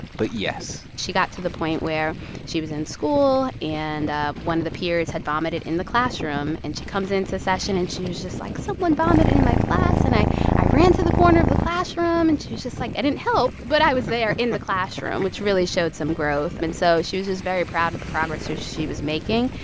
but yes she got to the point where she was in school, and ah one of the peers had vomited in the classroom. and she comes into the session, and she was just like, someone vomited in my class, and i i ran to the corner of the classroom. and she was just like, i didn't help, but i was there in the classroom, which really showed some growth. and so she was just very proud of the progress she was making.